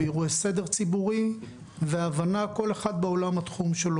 באירועי סדר ציבורי והבנה כל אחד בעולם התחום שלו.